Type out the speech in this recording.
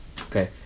Okay